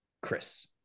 Chris